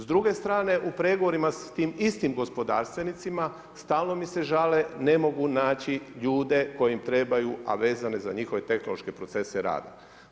S druge strane, u pregovorima sa tim istim gospodarstvenicima, stalno mi se žale ne mogu naći ljude koji im trebaju a vezano za njihove tehnološke procese rada.